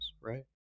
right